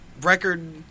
record